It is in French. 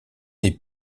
des